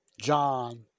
John